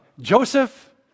Joseph